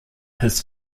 his